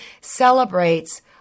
celebrates